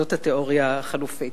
זאת התיאוריה החלופית.